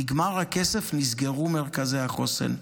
נגמר הכסף, נסגרו מרכזי החוסן.